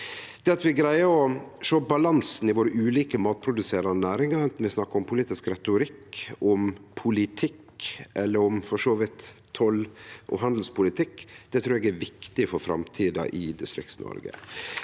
Det at vi greier å sjå balansen i dei ulike matproduserande næringane våre, anten vi snakkar om politisk retorikk, om politikk eller for så vidt om toll og han delspolitikk, trur eg er viktig for framtida i DistriktsNoreg.